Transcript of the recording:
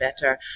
better